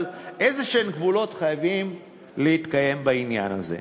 אבל גבולות כלשהם חייבים להתקיים בעניין הזה.